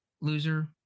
loser